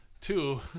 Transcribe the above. Two